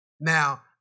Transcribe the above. Now